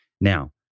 now